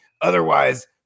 otherwise